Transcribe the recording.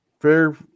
fair